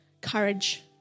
Courage